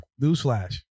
Newsflash